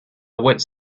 wits